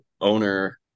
owner